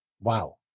Wow